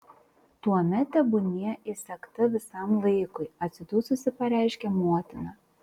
tuomet tebūnie įsegta visam laikui atsidususi pareiškia motina